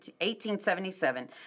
1877